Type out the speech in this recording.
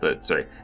Sorry